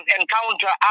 encounter